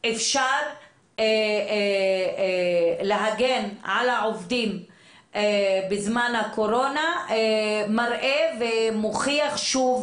אפשר להגן על העובדים בזמן הקורונה מראה ומוכיח שוב